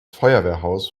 feuerwehrhaus